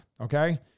Okay